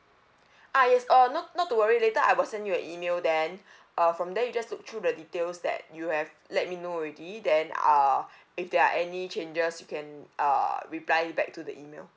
ah yes uh not not to worry later I will send you an email then uh from there you just look through the details that you have let me know already then err if there are any changes you can uh reply back to the email